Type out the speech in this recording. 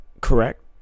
Correct